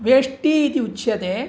वेष्टी इति उच्यते